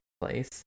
place